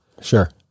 Sure